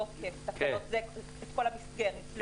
תוקף כל המסגרת.